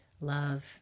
love